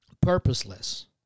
purposeless